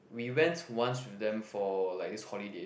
we went once with them for like this holiday